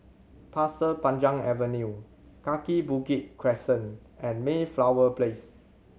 Pasir Panjang Avenue Kaki Bukit Crescent and Mayflower Place